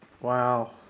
Wow